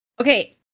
Okay